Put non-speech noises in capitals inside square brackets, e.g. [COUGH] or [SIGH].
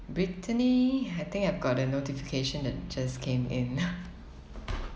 brittany I think I've got a notification that just came in [NOISE]